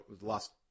last